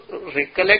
recollect